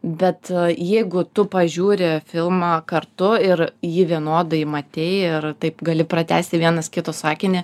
bet jeigu tu pažiūri filmą kartu ir jį vienodai matei ir taip gali pratęsti vienas kito sakinį